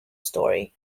story